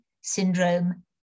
syndrome